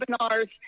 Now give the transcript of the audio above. webinars